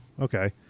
okay